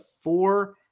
four